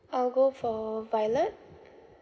I'll go for violet